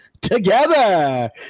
together